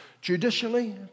Judicially